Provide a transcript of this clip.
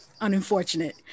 unfortunate